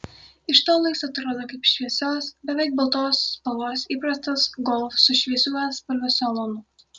iš tolo jis atrodo kaip šviesios beveik baltos spalvos įprastas golf su šviesių atspalvių salonu